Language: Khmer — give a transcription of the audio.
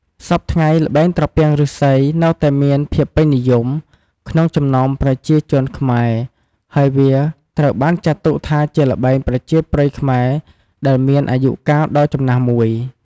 សព្វថ្ងៃ ល្បែងត្រពាំងឬស្សីនៅតែមានភាពពេញនិយមក្នុងចំណោមប្រជាជនខ្មែរ ហើយវាត្រូវបានចាត់ទុកថាជាល្បែងប្រជាប្រិយខ្មែរដែលមានអាយុកាលដ៏ចំណាស់មួយ។